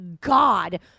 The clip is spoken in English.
God